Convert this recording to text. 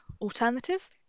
alternative